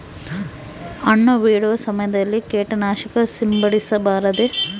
ಹಣ್ಣು ಬಿಡುವ ಸಮಯದಲ್ಲಿ ಕೇಟನಾಶಕ ಸಿಂಪಡಿಸಬಾರದೆ?